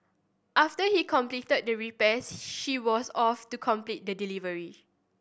after he completed the repairs she was off to complete the delivery